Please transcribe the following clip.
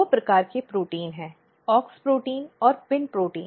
दो प्रकार के प्रोटीन हैं औक्स प्रोटीन और पिन प्रोटीन